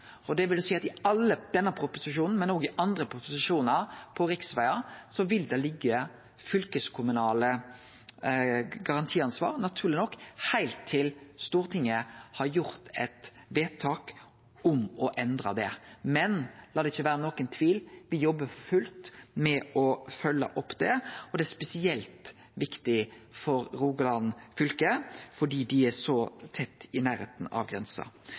Det vil seie at i denne proposisjonen, men òg i andre proposisjonar på riksvegar, vil det liggje fylkeskommunale garantiansvar, naturleg nok, heilt til Stortinget har gjort eit vedtak om å endre det. Men lat det ikkje vere nokon tvil: Me jobbar for fullt med å følgje opp det, og det er spesielt viktig for Rogaland fylke fordi dei er så tett i nærleiken av grensa.